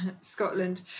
Scotland